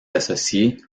associés